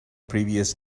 previous